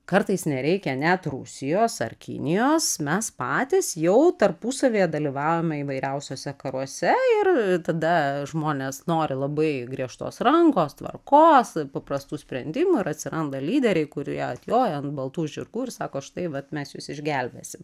kartais nereikia net rusijos ar kinijos mes patys jau tarpusavyje dalyvaujame įvairiausiuose karuose ir tada žmonės nori labai griežtos rankos tvarkos paprastų sprendimų ir atsiranda lyderiai kurie atjoja ant baltų žirgų ir sako štai vat mes jus išgelbėsim